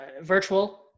virtual